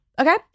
Okay